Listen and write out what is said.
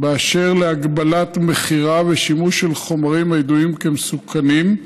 להגבלת מכירה ושימוש של חומרים הידועים כמסוכנים,